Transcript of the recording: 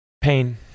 pain